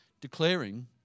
declaring